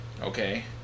okay